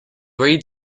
read